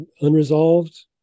unresolved